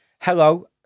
hello